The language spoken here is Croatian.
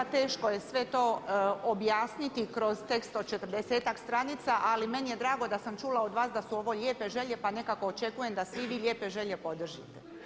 Pa kolega teško je sve to objasniti kroz tekst od 40-ak stranica ali meni je drago da sam čula od vas da su ovo lijepe želje pa nekako očekujem da svi vi lijepe želje podržite.